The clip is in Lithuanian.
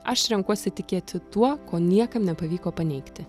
aš renkuosi tikėti tuo ko niekam nepavyko paneigti